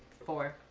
for